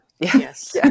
yes